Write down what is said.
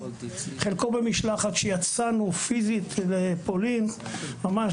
חלקו במשלחת כשיצאנו פיזית לפולין וקיימנו